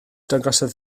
dangosodd